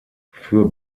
für